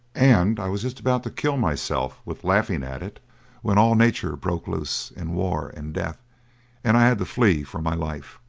and i was just about to kill myself with laughing at it when all nature broke loose in war and death and i had to flee for my life.